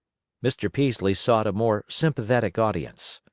mr. peaslee sought a more sympathetic audience.